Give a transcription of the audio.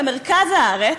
במרכז הארץ,